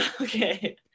okay